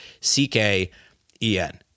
C-K-E-N